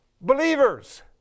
believers